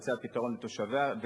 למציאת פתרון לתושביה,